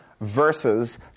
versus